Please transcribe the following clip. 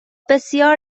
بسیار